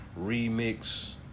remix